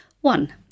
One